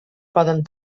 poden